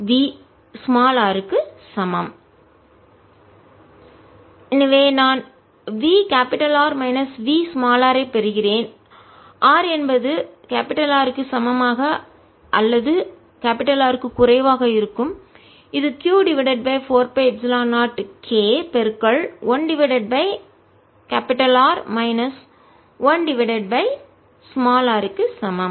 V ErR ∂V∂r Q4π0 r2 V0 V Q4π0 r r≤R ∂V∂rE Q4π0k r2 rRdV Q4π0krRdrr2 VR Vr Q4π0k 1rrR Q4π0k1R 1r VrVR Q4π0kRQ4π0kr Q4π0R Q4π0kRQ4π0kr Q4π0 1kr1R 1kR Q4π01krk 1kR எனவே நான் Vமைனஸ் V ஐப் பெறுகிறேன்r என்பது R க்கு சமமாக அல்லது R க்கு குறைவாக இருக்கும் இது q divided by 4 pi epsilon 0 k 1 divided by R minus 1 divided by r க்கு சமம்